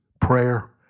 prayer